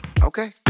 Okay